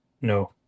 No